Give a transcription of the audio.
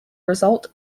result